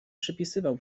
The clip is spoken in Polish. przepisywał